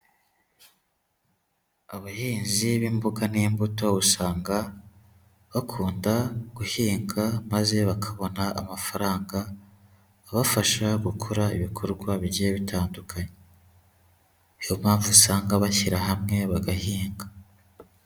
Abahinzi b'imboga n'imbuto, usanga bakunda guhinga maze bakabona amafaranga, abafasha gukora ibikorwa bigiye bitandukanye, niyo mpamvu usanga bashyira hamwe bagahinga.